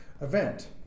event